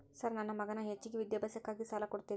Sir ನನ್ನ ಮಗನ ಹೆಚ್ಚಿನ ವಿದ್ಯಾಭ್ಯಾಸಕ್ಕಾಗಿ ಸಾಲ ಕೊಡ್ತಿರಿ?